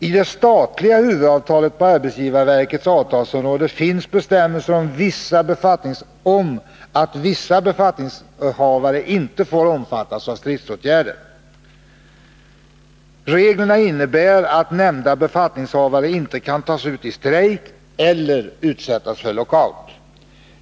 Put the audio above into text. I det statliga huvudavtalet på arbetsgivarverkets avtalsområde finns bestämmelser om att vissa befattningshavare inte får omfattas av stridsåtgärder. Reglerna innebär att nämnda befattningshavare inte kan tas ut i strejk eller utsättas för lockout.